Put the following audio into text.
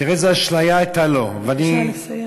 תראו איזה אשליה הייתה לו, בבקשה לסיים.